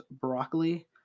broccoli